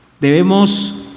Debemos